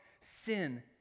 sin